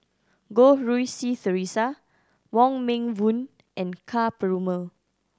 Goh Rui Si Theresa Wong Meng Voon and Ka Perumal